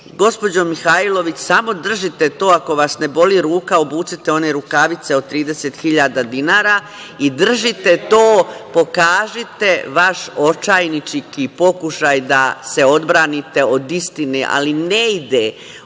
gospođo Mihajlović? Samo držite to, ako vas ne boli ruka, obucite one rukavice od 30.000 dinara i držite to, pokažite vaš očajnički pokušaj da se odbranite od istine. Ali, ne ide. Od istine